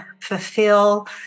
fulfill